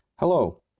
Hello